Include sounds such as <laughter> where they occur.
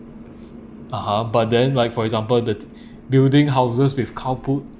(uh huh) but then like for example the <breath> building houses with cow poo